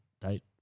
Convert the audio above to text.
date